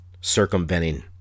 Circumventing